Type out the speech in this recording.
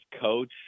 coach